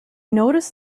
notice